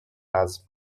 حذف